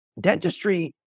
dentistry